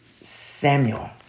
Samuel